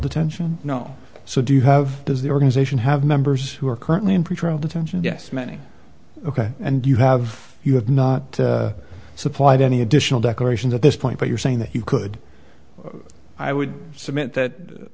detention no so do you have does the organization have members who are currently in pretrial detention yes many ok and you have you have not supplied any additional declarations at this point but you're saying that you could i would submit that